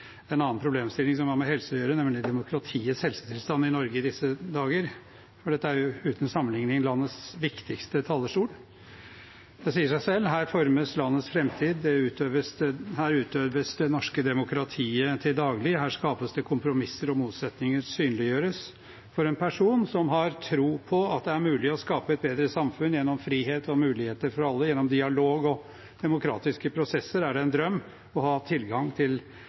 en annen problemstilling som har med helse å gjøre, nemlig demokratiets helsetilstand i Norge i disse dager. Dette er jo uten sammenligning landets viktigste talerstol. Det sier seg selv: Her formes landets framtid, her utøves det norske demokratiet til daglig, her skapes det kompromisser, og motsetninger synliggjøres. For en person som har tro på at det er mulig å skape et bedre samfunn gjennom frihet og muligheter for alle, gjennom dialog og demokratiske prosesser, er det en drøm å ha hatt tilgang